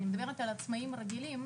אני מדברת על עצמאים רגילים.